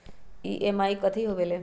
EMI कथी होवेले?